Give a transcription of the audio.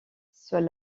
seule